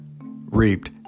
reaped